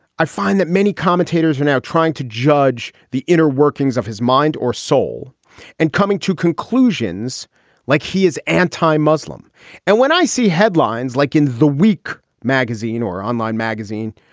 i find that many commentators are now trying to judge the inner workings of his mind or soul and coming to conclusions like he is anti-muslim. and when i see headlines like in the week magazine or online magazine,